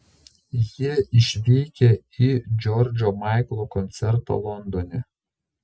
jie išvykę į džordžo maiklo koncertą londone